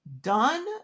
done